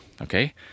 Okay